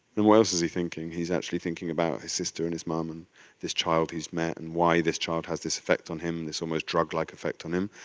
and what else is he thinking? he's actually thinking about his sister and his mom, and this child he's met, and why this child has this effect on him, this almost drug-like effect on him.